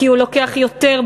כי הוא לוקח יותר,